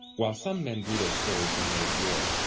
while some men drew their swords and made war,